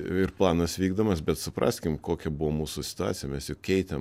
ir planas vykdomas bet supraskim kokia buvo mūsų situacija mes juk keitėm